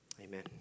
Amen